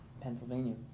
Pennsylvania